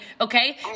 Okay